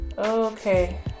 Okay